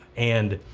and